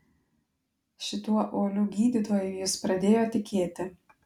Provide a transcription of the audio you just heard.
šituo uoliu gydytoju jis pradėjo tikėti